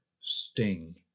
sting